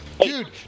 Dude